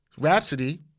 Rhapsody